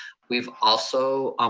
we've also,